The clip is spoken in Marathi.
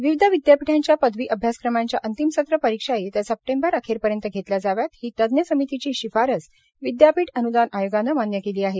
विविध विद्यापीठांच्या पदवी अभ्यासक्रमांच्या अंतिम सत्र परीक्षा येत्या सप्टेंबर अखेरपर्यंत घेतल्या जाव्यात ही तज्ञ समितीची शिफारस विद्यापीठ अन्दान आयोगानं मान्य केली आहे